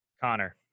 Connor